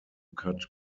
cut